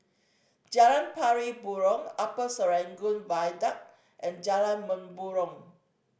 Jalan Pari Burong Upper Serangoon Viaduct and Jalan Mempurong